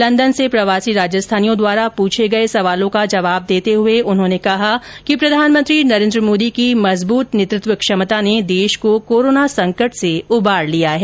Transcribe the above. London से प्रवासी राजस्थानियों द्वारा पुछे गये सवालों का जवाब देते हए उन्होंने कहा कि प्रधानमंत्री नरेन्द्र मोदी की मजबूत नेतृत्व क्षमता ने देश को कोरोना संकट से उबार लिया है